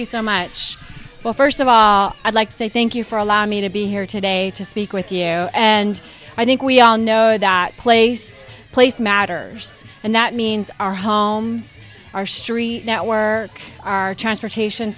you so much well first of all i'd like to say thank you for allowing me to be here today to speak with you and i think we all know that place place matters and that means our homes our streets network our transportation